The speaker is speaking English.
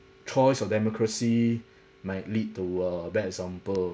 choice of democracy might lead to uh bad example